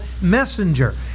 messenger